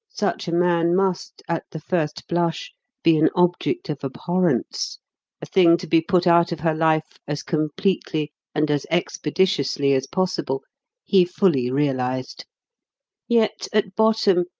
such a man must at the first blush be an object of abhorrence a thing to be put out of her life as completely and as expeditiously as possible he fully realised yet, at bottom,